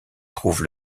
trouve